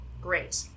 Great